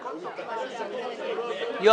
כמשמעותה בסעיף 149ד לפקודת העיריות, (2)